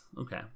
Okay